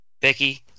Becky